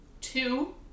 two